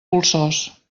polsós